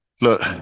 look